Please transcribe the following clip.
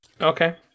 Okay